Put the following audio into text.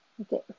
Okay